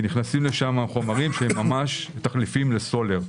כי נכנסים לשם חומרים שהם ממש תחליפים לסולר.